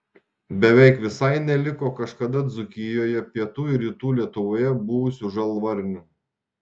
beveik visai neliko kažkada dzūkijoje pietų ir rytų lietuvoje buvusių žalvarnių